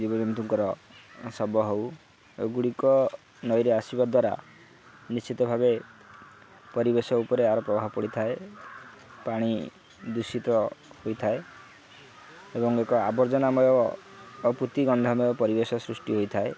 ଜୀବଜନ୍ତୁଙ୍କର ଶବ ହଉ ଏଗୁଡ଼ିକ ନଈରେ ଆସିବା ଦ୍ୱାରା ନିଶ୍ଚିତ ଭାବେ ପରିବେଶ ଉପରେ ଆର ପ୍ରଭାବ ପଡ଼ିଥାଏ ପାଣି ଦୂଷିତ ହୋଇଥାଏ ଏବଂ ଏକ ଆବର୍ଜନମୟ ଗନ୍ଧମୟ ପରିବେଶ ସୃଷ୍ଟି ହୋଇଥାଏ